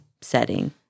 setting